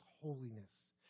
holiness